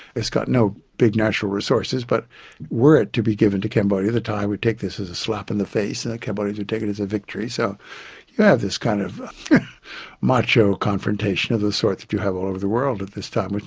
it's got no big natural resources but were it to be given to cambodia the thai would take this as a slap in the face and the cambodians would take it as a victory, so there's yeah this kind of macho confrontation of the sort that you have all over the world at this time,